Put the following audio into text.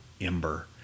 ember